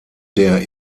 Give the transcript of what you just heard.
der